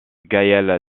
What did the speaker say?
gaël